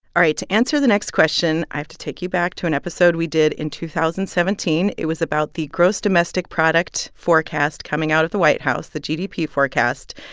all right, to answer the next question, i have to take you back to an episode we did in two thousand and seventeen. it was about the gross domestic product forecast coming out at the white house the gdp forecast.